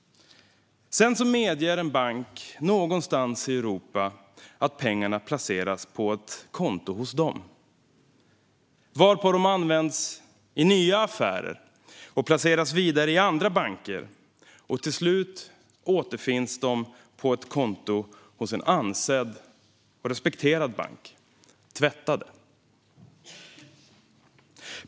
Därefter medger en bank någonstans i Europa att pengarna placeras på ett konto där, varpå de används i nya affärer och placeras vidare i andra banker. Till slut återfinns de på ett konto hos en ansedd och respekterad bank, tvättade.